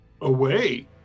Away